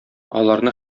аларны